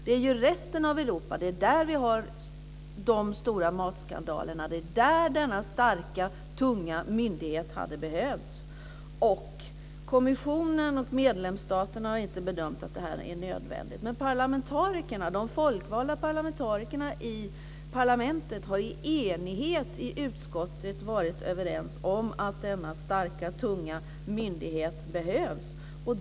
Det är i resten av Europa vi har de stora matskandalerna. Det är där denna starka, tunga myndighet hade behövts. Kommissionen och medlemsstaterna har inte bedömt att det är nödvändigt. Men de folkvalda parlamentarikerna i parlamentet har i enighet i utskottet varit överens om att denna starka, tunga myndighet behövs.